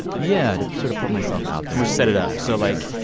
yeah to sort of put myself out there just set it up. so, like,